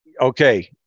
Okay